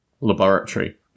laboratory